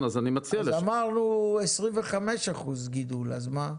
אז אמרנו 25% גידול, אז מה?